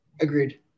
Agreed